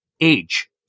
age